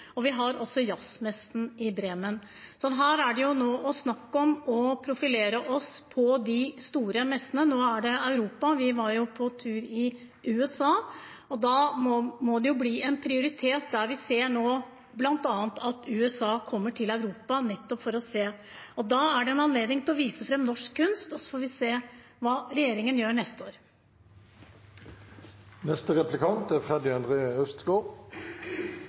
og vi har også jazzmessen i Bremen. Her er det snakk om å profilere oss på de store messene. Nå er det Europa. Vi var på tur i USA, og da må det jo bli en prioritet. Vi ser nå bl.a. at USA kommer til Europa, nettopp for å se. Da er det anledning til å vise fram norsk kunst, og så får vi se hva regjeringen gjør neste år. Et av høyresidens ideologiske prestisjeprosjekter i kulturpolitikken er